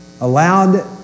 allowed